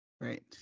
Right